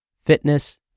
fitness